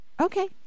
Okay